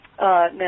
now